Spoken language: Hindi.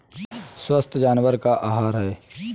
स्वस्थ जानवर का आहार क्या है?